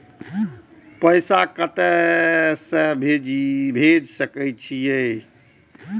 पैसा कते से भेज सके छिए?